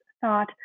thought